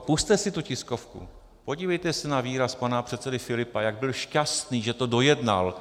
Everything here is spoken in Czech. Pusťte si tu tiskovku, podívejte se na výraz pana předsedy Filipa, jak byl šťastný, že to dojednal.